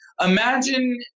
Imagine